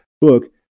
book